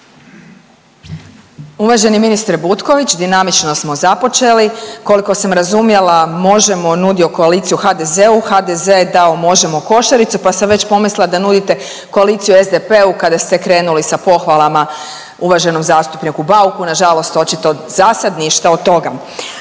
Uvaženi ministre Butković, dinamično smo započeli, koliko sam razumjela Možemo je nudio koaliciju HDZ-u, HDZ je dao Možemo košaricu pa sam već pomislila da nudite koaliciju SDP-u kada ste krenuli sa pohvalama uvaženom zastupniku Bauku. Nažalost očito zasad ništa od toga.